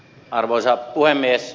arvoisa puhemies